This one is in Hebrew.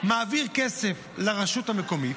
משרד הדתות מעביר כסף לרשות המקומית,